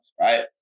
right